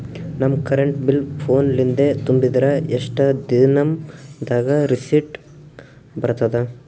ನಮ್ current bill ಫೋನ ಲಿಂದೇ ತುಂಬಿದ್ರ, ಎಷ್ಟ ದಿ ನಮ್ ದಾಗ ರಿಸಿಟ ಬರತದ?